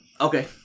Okay